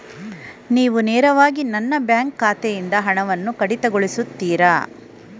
ನೀವು ನೇರವಾಗಿ ನನ್ನ ಬ್ಯಾಂಕ್ ಖಾತೆಯಿಂದ ಹಣವನ್ನು ಕಡಿತಗೊಳಿಸುತ್ತೀರಾ?